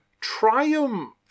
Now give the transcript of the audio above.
triumph